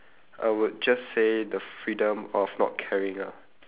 I would just say the freedom of not caring ah